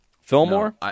Fillmore